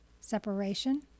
separation